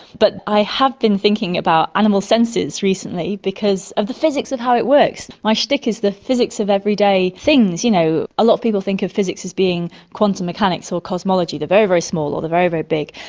but i have been thinking about animal senses recently, because of the physics of how it works, my shtick is the physics of everyday things. you know, a lot of people think of physics as being quantum mechanics or cosmology, the very, very small or the very, very big.